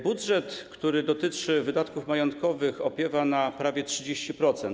Budżet, który dotyczy wydatków majątkowych, opiewa na prawie 30%.